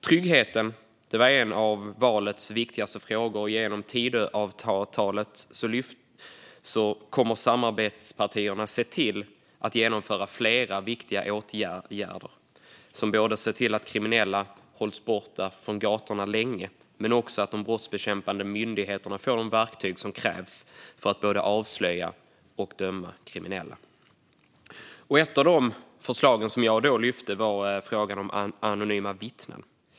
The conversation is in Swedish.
Tryggheten var en av valets viktigaste frågor, och genom Tidöavtalet kommer samarbetspartierna att se till att flera viktiga åtgärder genomförs som gör att kriminella hålls borta från gatorna längre och att de brottsbekämpande myndigheterna får de verktyg som krävs för att både avslöja och döma kriminella. Ett av de förslag som jag då lyfte upp var frågan om anonyma vittnen.